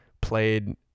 played